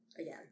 again